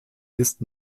ist